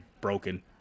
broken